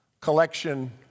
collection